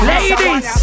Ladies